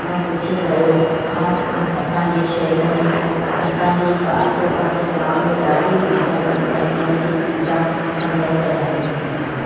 कुझु कयो ऐं असांजे शहर में असांजे पासे पासे गांवनि में ॾाढी सुविधा घटि आहे हुन जी सुविधा कंदव त ॾाढी महिरबानी